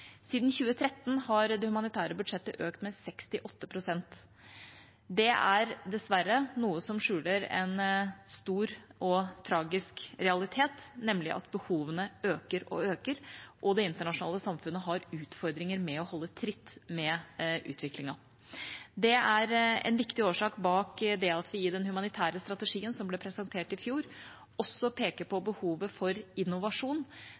Siden 2013 har det humanitære budsjettet økt med 68 pst. Det er dessverre noe som skjuler en stor og tragisk realitet, nemlig at behovene øker og øker, og at det internasjonale samfunnet har utfordringer med å holde tritt med utviklingen. Det er en viktig årsak bak det at vi i den humanitære strategien som ble presentert i fjor, også peker på behovet for innovasjon,